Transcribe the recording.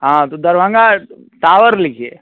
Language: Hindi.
हाँ तो दरभंगा टावर लिखिए